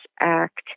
act